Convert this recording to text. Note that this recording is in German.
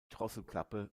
drosselklappe